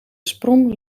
sprong